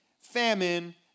famine